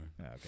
Okay